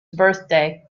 birthday